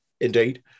Indeed